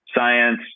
science